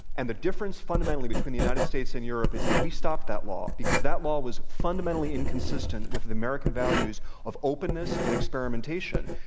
and the difference, fundamentally, between the united states and europe is that we stopped that law because that law was fundamentally inconsistent with the american values of openness and experimentation.